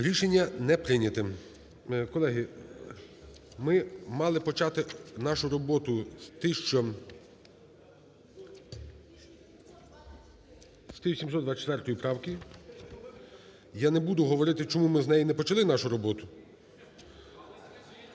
Рішення не прийнято. Колеги, ми мали почати нашу роботу з 1724 правки. Я не буду говорити, чому ми з неї не почали нашу роботу.